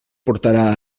portarà